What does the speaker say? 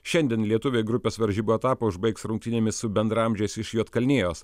šiandien lietuviai grupės varžybų etapą užbaigs rungtynėmis su bendraamžiais iš juodkalnijos